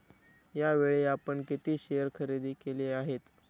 यावेळी आपण किती शेअर खरेदी केले आहेत?